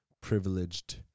privileged